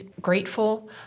grateful